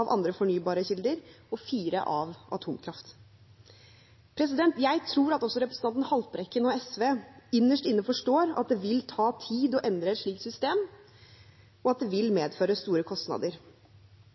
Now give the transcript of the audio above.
av andre fornybare kilder og 4 pst. av atomkraft. Jeg tror at også representanten Haltbrekken og SV innerst inne forstår at det vil ta tid å endre et slikt system, og at det vil medføre store kostnader.